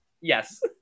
Yes